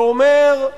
שאומר: